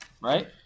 Right